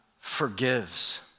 forgives